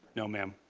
no ma'am.